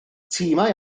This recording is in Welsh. timau